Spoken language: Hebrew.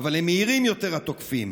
אבל הם מהירים יותר, התוקפים.